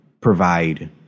provide